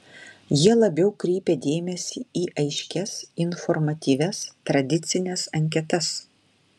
jie labiau kreipia dėmesį į aiškias informatyvias tradicines anketas